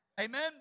Amen